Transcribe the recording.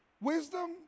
Wisdom